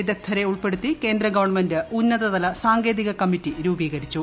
വിദഗ്ധരെ ഉൾപ്പെടുത്തി കേന്ദ്ര ഗവൺമെന്റ് ഉന്നതതല സാങ്കേതിക കമ്മിറ്റി രൂപീകരിച്ചു